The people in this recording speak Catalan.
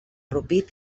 rupit